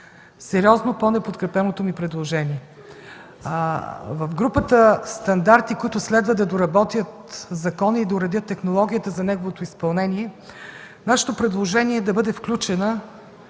Сериозно по неподкрепеното ми предложение. В групата стандарти, които следва да доработят в закона и да уредят технологията за неговото изпълнение, нашето предложение е да бъде включена